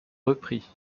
repris